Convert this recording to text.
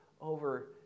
over